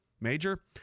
major